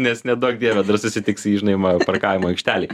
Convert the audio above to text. nes neduok dieve dar susitiksi jį žinai parkavimo aikštelėj